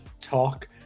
talk